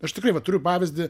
aš tikrai va turiu pavyzdį